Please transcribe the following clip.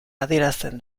adierazten